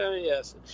Yes